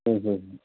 ꯍꯣꯏ ꯍꯣꯏ